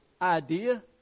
Idea